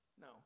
no